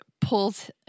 pulls